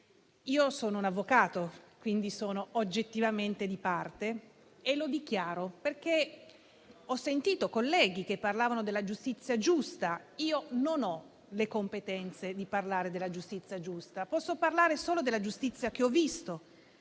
Io sono un avvocato e, quindi, sono oggettivamente di parte e lo dichiaro. Ho sentito colleghi parlare della giustizia giusta. Io non ho le competenze per parlare della giustizia giusta, ma posso parlare solo della giustizia che ho visto,